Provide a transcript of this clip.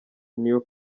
n’iyo